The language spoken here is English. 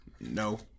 No